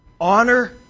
Honor